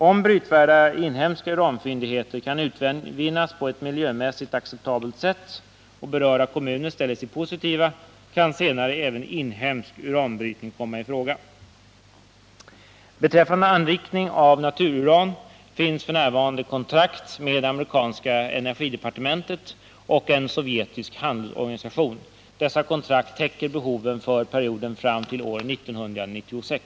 Om brytvärda inhemska uranfyndigheter kan utvinnas på ett miljömässigt acceptabelt sätt och berörda kommuner ställer sig positiva kan senare även inhemsk uranbrytning komma i fråga. Beträffande anrikning av natururan finns f. n. kontrakt med det amerikanska energidepartementet och.en sovjetisk handelsorganisation. Dessa kontrakt täcker behoven för perioden fram till år 1996.